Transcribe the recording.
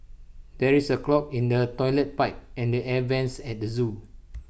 there is A clog in the Toilet Pipe and the air Vents at the Zoo